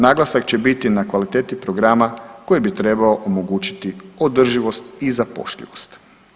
Naglasak će biti na kvaliteti programa koji bi trebao omogućiti održivost i zapošljivost.